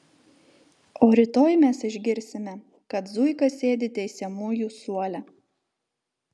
o rytoj mes išgirsime kad zuika sėdi teisiamųjų suole